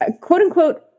quote-unquote